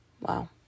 wow